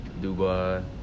Dubai